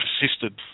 persisted